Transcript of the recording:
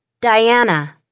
Diana